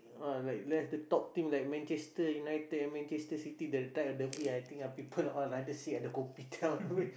ah like left the top team like Manchester-United and Manchester-City that type I think people all rather sit at the Kopitiam and wait